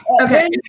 Okay